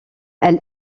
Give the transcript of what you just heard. elle